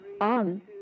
on